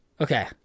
okay